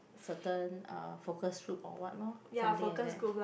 certain uh focus group or what lor something like that